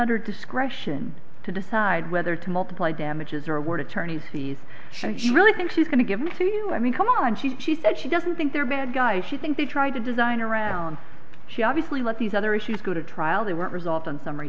nutter discretion to decide whether to multiply damages or award attorneys fees if you really think she's going to give them to you i mean come on she's she said she doesn't think they're bad guys she think they tried to design around she obviously let these other issues go to trial they weren't resolved on summary